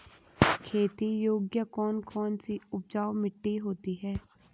खेती योग्य कौन कौन सी उपजाऊ मिट्टी होती है?